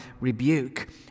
rebuke